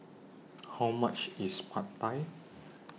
How much IS Pad Thai